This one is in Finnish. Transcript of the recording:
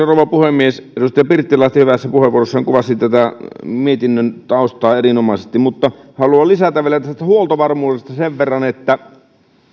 rouva puhemies edustaja pirttilahti hyvässä puheenvuorossaan kuvasi tätä mietinnön taustaa erinomaisesti haluan lisätä vielä tästä huoltovarmuudesta sen verran että